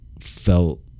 felt